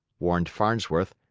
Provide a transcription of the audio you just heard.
warned farnsworth.